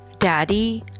Daddy